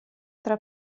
tra